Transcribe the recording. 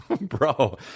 bro